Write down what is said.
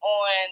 on